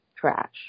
trash